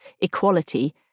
equality